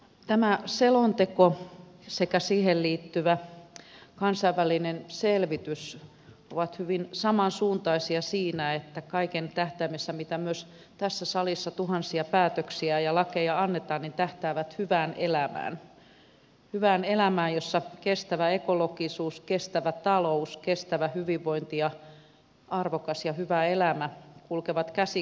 tämä selonteko sekä siihen liittyvä kansainvälinen selvitys ovat hyvin samansuuntaisia siinä että kaiken tähtäimessä on hyvä elämä myös ne tuhannet päätökset ja lait jotka tässä salissa annetaan tähtäävät hyvään elämään jossa kestävä ekologisuus kestävä talous kestävä hyvinvointi ja arvokas ja hyvä elämä kulkevat käsi kädessä